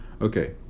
okay